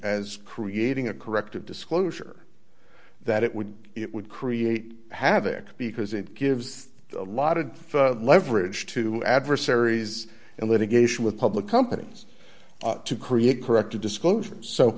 as creating a corrective disclosure that it would it would create havoc because it gives a lot of leverage to adversaries in litigation with public companies to create correct a disclosure